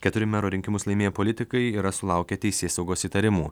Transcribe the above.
keturi mero rinkimus laimėję politikai yra sulaukę teisėsaugos įtarimų